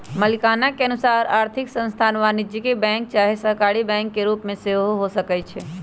मलिकाना के अनुसार आर्थिक संस्थान वाणिज्यिक बैंक चाहे सहकारी बैंक के रूप में हो सकइ छै